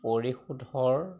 পৰিশোধৰ